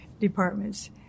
departments